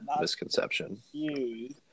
misconception